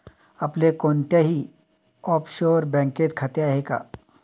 आपले कोणत्याही ऑफशोअर बँकेत खाते आहे का?